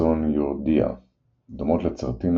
Exoneuridia – דומות לצרטינה,